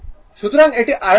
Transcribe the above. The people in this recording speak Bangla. সুতরাং এটি rms মান